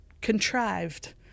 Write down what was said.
contrived